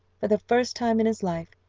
for the first time in his life,